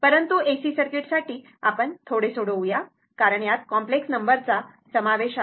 परंतु AC सर्किटसाठी आपण अगदी थोडे सोडवू कारण यात कॉम्प्लेक्स नंबर चा समावेश आहे